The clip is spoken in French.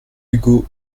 ugo